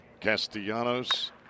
Castellanos